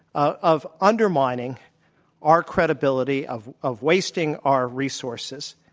ah of undermining our credibility of of wasting our resources.